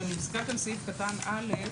אני מסתכלת על סעיף קטן (א),